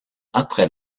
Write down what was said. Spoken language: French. après